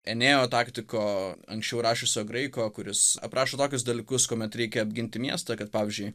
enėjo taktiko anksčiau rašiusio graiko kuris aprašo tokius dalykus kuomet reikia apginti miestą kad pavyzdžiui